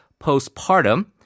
postpartum